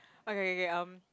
okay K K um